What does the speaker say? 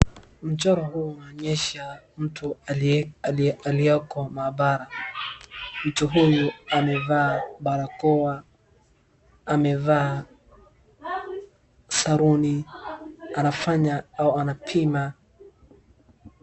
Mchoro huu unaonyesha mtu aliye-aliye-aliyoko maabara. Mtu huyu amevaa barakoa, amevaa saruni, anafanya au anapima.